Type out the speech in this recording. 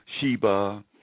Sheba